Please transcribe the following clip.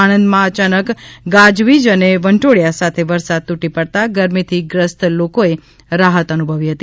આણંદમાં અયાનક ગાજવીજ અને વંટોળીયા સાથે વરસાદ તૂટી પડતા ગરમીથી ગ્રસ્ત લોકોએ રાહત અનુભવી હતી